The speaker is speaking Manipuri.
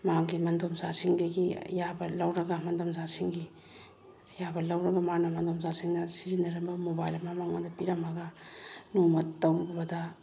ꯃꯥꯒꯤ ꯃꯗꯣꯝꯆꯥꯁꯤꯡꯗꯒꯤ ꯑꯌꯥꯕ ꯂꯧꯔꯒ ꯃꯗꯣꯝꯆꯥ ꯁꯤꯡꯒꯤ ꯑꯌꯥꯕ ꯂꯧꯔꯒ ꯃꯥꯅ ꯃꯗꯣꯝꯆꯥꯁꯤꯡꯅ ꯁꯤꯖꯤꯟꯅꯔꯝꯕ ꯃꯣꯕꯥꯏꯜ ꯑꯃ ꯃꯉꯣꯟꯗ ꯄꯤꯔꯝꯃꯒ ꯅꯣꯡꯃ ꯇꯧꯔꯨꯕꯗ